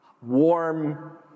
warm